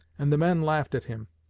and the men laughed at him.